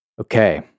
Okay